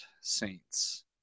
saints